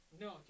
No